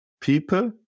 people